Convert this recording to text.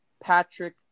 Patrick